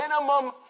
minimum